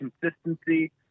consistency